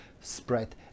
spread